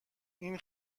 این